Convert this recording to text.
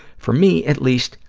for me, at least,